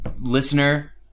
listener